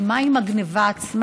אבל מה עם הגנבה עצמה?